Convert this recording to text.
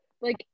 like-